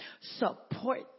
support